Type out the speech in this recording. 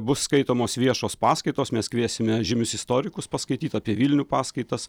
bus skaitomos viešos paskaitos mes kviesime žymius istorikus paskaityt apie vilnių paskaitas